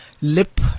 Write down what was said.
lip